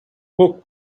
book